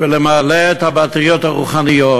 ולמלא את הבטריות הרוחניות